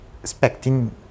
expecting